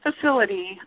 facility